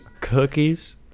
cookies